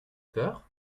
peur